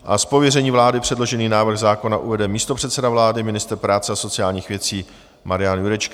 S pověřením vlády předložený návrh zákona uvede místopředseda vlády, ministr práce a sociálních věcí Marian Jurečka.